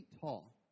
tall